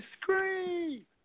scream